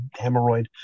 hemorrhoid